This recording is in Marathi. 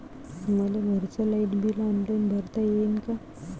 मले घरचं लाईट बिल ऑनलाईन भरता येईन का?